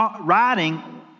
writing